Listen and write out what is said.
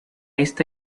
esta